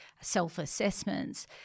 self-assessments